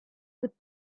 with